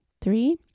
Three